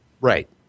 Right